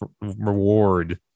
reward